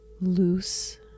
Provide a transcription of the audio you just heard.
Loose